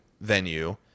venue